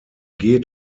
geht